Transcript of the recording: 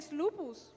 lupus